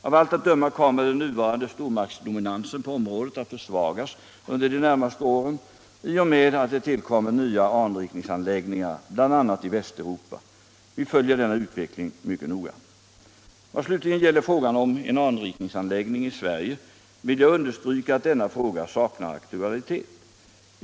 Av allt att döma kommer den nuvarande stormaktsdominansen på området att försvagas under de närmaste åren i och med att det tillkommer nya anrikningsanläggningar bl.a. i Västeuropa. Vi följer denna utveckling mycket noga. Vad slutligen gäller frågan om en anrikningsanläggning i Sverige vill jag understryka att denna fråga saknar aktualitet.